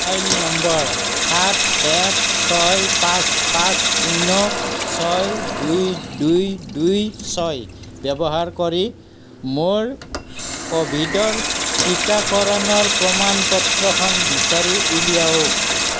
mobile number সাত এক ছয় পাঁচ পাঁচ শূন্য ছয় দুই দুই দুই ছয় ব্যৱহাৰ কৰি মোৰ ক'ভিডৰ টিকাকৰণৰ প্ৰমাণ পত্ৰখন বিচাৰি উলিয়াওক